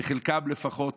בחלקן לפחות,